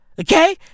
Okay